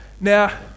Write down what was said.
Now